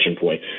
point